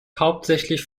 hauptsächlich